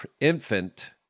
infant